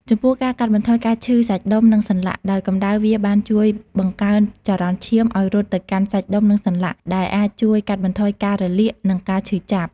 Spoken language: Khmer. ចំពោះការកាត់បន្ថយការឈឺសាច់ដុំ និងសន្លាក់ ដោយកម្ដៅវាបានជួយបង្កើនចរន្តឈាមឲ្យរត់ទៅកាន់សាច់ដុំ និងសន្លាក់ ដែលអាចជួយកាត់បន្ថយការរលាក និងការឈឺចាប់។